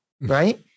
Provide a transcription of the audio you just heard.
right